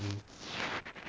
mm